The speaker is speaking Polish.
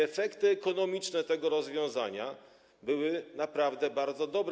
Efekty ekonomiczne tego rozwiązania były naprawdę bardzo dobre.